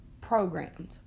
programmed